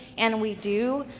and we do,